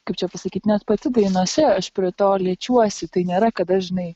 kaip čia pasakyt net pati dainose aš prie to liečiuosi tai nėra kad aš žinai